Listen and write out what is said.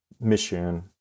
mission